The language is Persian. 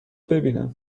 ببینم